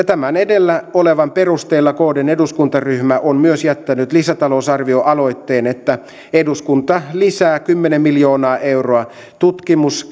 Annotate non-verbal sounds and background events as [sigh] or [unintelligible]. [unintelligible] tämän edellä olevan perusteella kdn eduskuntaryhmä on myös jättänyt lisätalousarvioaloitteen että eduskunta lisää kymmenen miljoonaa euroa tutkimus [unintelligible]